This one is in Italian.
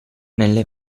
nelle